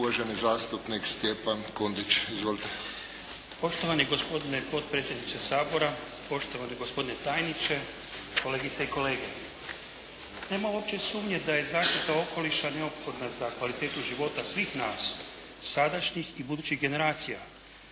uvaženi zastupnik Stjepan Kundić. Izvolite. **Kundić, Stjepan (HDZ)** Poštovani gospodine potpredsjedniče Sabora, poštovani gospodine tajniče, kolegice i kolege. Nema uopće sumnje da je zaštita okoliša neophodna za kvalitetu života svih nas sadašnjih i budućih generacija